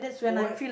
what